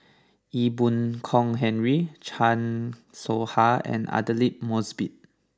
Ee Boon Kong Henry Chan Soh Ha and Aidli Mosbit